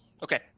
Okay